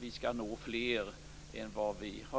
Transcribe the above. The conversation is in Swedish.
vi skall kunna nå fler än vad vi redan nått.